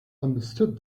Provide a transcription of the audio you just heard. understood